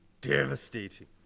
devastating